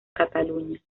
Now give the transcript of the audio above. cataluña